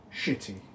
shitty